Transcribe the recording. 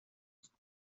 خواهیم